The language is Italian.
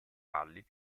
farli